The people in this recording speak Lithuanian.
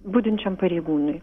budinčiam pareigūnui